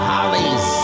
Hollies